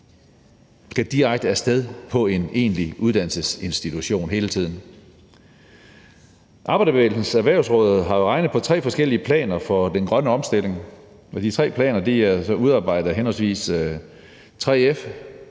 skal direkte af sted til en egentlig uddannelsesinstitution hele tiden. Arbejderbevægelsens Erhvervsråd har jo regnet på tre forskellige planer for den grønne omstilling. De tre planer er udarbejdet af henholdsvis 3F,